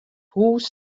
hûs